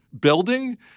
building